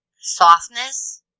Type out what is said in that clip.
softness